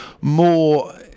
more